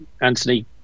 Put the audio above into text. Anthony